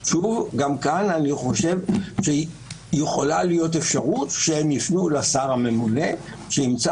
שוב גם כאן אני חושב שיכולה להיות אפשרות שהם יפנו לשר הממונה שימצא